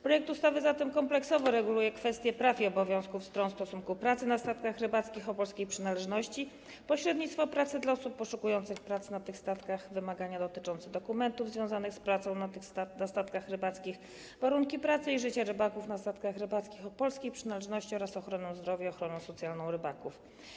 Projekt ustawy zatem kompleksowo reguluje kwestie praw i obowiązków stron stosunku pracy na statkach rybackich o polskiej przynależności, pośrednictwo pracy dla osób poszukujących pracy na tych statkach, wymagania dotyczące dokumentów związanych z pracą na statkach rybackich, warunki pracy i życie rybaków na statkach rybackich o polskiej przynależności oraz ochronę zdrowia i ochronę socjalną rybaków.